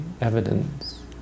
evidence